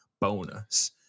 bonus